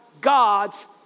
God's